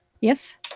Yes